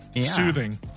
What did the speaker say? Soothing